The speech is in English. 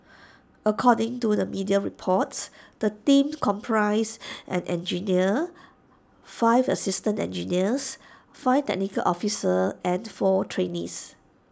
according to the media reports the team comprised an engineer five assistant engineers five technical officers and four trainees